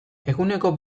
eguneko